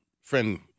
friend